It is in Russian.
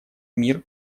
мир